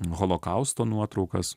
holokausto nuotraukas